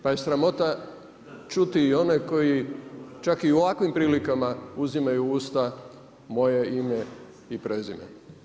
Pa je sramota čuti i one koji čak i u ovakvim prilikama uzimaju u usta moje ime i prezime.